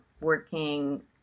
working